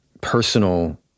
personal